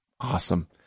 Awesome